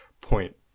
point